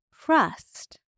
trust